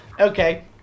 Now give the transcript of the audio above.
Okay